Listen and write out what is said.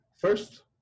First